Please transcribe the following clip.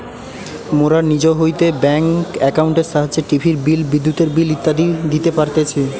মোরা নিজ হইতে ব্যাঙ্ক একাউন্টের সাহায্যে টিভির বিল, বিদ্যুতের বিল ইত্যাদি দিতে পারতেছি